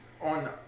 on